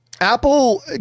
Apple